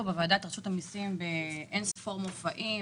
בוועדה את רשות המיסים באין-ספור מופעים,